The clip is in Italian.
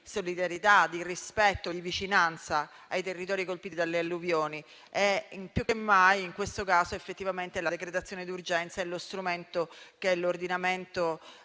di solidarietà, di rispetto e di vicinanza ai territori colpiti dalle alluvioni e più che mai in questo caso effettivamente la decretazione d'urgenza è lo strumento che l'ordinamento